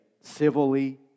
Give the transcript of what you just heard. civilly